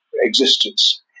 existence